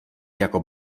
jako